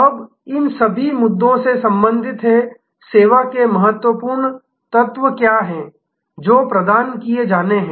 अब इन सभी मुद्दों से संबंधित हैं सेवा के महत्वपूर्ण तत्व क्या हैं जो प्रदान किए जाने हैं